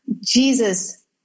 Jesus